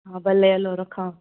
हा भले हलो रखा